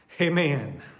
Amen